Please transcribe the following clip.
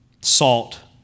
Salt